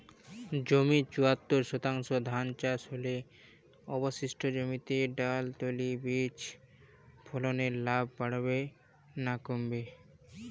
জমির চুয়াত্তর শতাংশে ধান চাষ হলে অবশিষ্ট জমিতে ডাল তৈল বীজ ফলনে লাভ বাড়বে না কমবে?